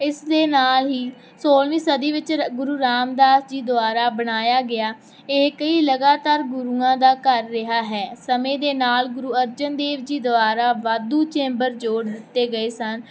ਇਸ ਦੇ ਨਾਲ ਹੀ ਸੋਲਵੀਂ ਸਦੀ ਵਿੱਚ ਰ ਗੁਰੂ ਰਾਮਦਾਸ ਜੀ ਦੁਆਰਾ ਬਣਾਇਆ ਗਿਆ ਇਹ ਕਈ ਲਗਾਤਾਰ ਗੁਰੂਆਂ ਦਾ ਘਰ ਰਿਹਾ ਹੈ ਸਮੇਂ ਦੇ ਨਾਲ ਗੁਰੂ ਅਰਜਨ ਦੇਵ ਜੀ ਦੁਆਰਾ ਵਾਧੂ ਚੇਂਬਰ ਜੋੜ ਦਿੱਤੇ ਗਏ ਸਨ